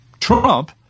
Trump